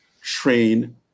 train